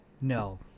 No